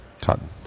Cotton